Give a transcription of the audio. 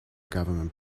government